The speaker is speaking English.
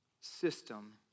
system